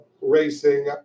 racing